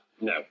No